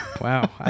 Wow